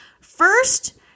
first